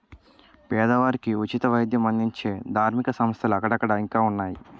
పేదవారికి ఉచిత వైద్యం అందించే ధార్మిక సంస్థలు అక్కడక్కడ ఇంకా ఉన్నాయి